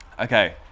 Okay